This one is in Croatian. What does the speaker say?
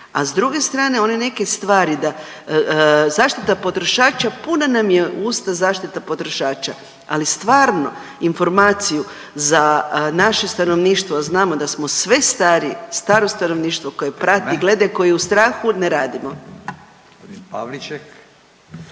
a s druge strane one neke stvari da, zaštita potrošača, puna nam je usta zaštite potrošača, ali stvarno informaciju za naše stanovništva, znamo da smo sve stariji, staro stanovništvo koje prati i gleda, koji je u strahu, ne radimo.